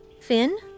Finn